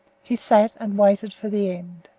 he sat and waited for the end.